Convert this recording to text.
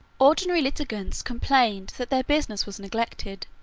ordinary litigants complained that their business was neglected.